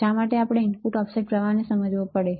શા માટે આપણે ઇનપુટ ઓફસેટ પ્રવાહ સમજવાની જરૂર છે